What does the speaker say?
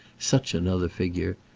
such another figure,